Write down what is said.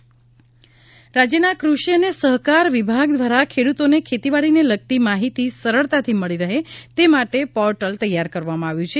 ખેડૂત i portal રાજ્યના કૃષિ અને સહકાર વિભાગ દ્વારા ખેડુતોને ખેતીવાડીને લગતી માહિતી સરળતાથી મળી રહે તે માટે પોર્ટલ તૈયાર કરવામાં આવ્યુ છે